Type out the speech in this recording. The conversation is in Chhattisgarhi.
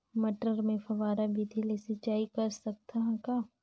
मटर मे फव्वारा विधि ले सिंचाई कर सकत हन का?